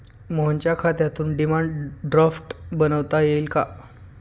मोहनच्या खात्यातून demand draft बनवता येईल का?